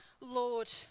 Lord